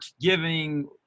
giving